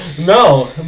No